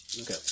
Okay